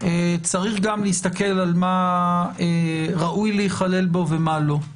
גם על מה ראוי להיכלל בו ומה לא.